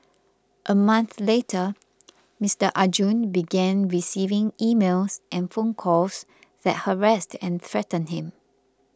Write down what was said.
a month later Mister Arjun began receiving emails and phone calls that harassed and threatened him